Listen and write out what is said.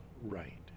right